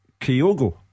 Kyogo